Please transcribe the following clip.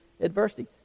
adversity